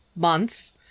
months